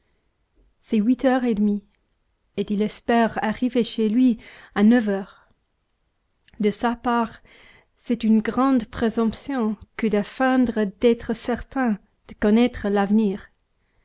c'est huit heures et demie et il espère arriver chez lui à neuf heures de sa part c'est une grande présomption que de feindre d'être certain de connaître l'avenir